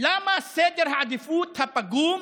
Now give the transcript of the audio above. למה סדר העדיפויות הפגום